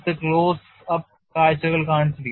close up കാഴ്ചകൾ കാണിച്ചിരിക്കുന്നു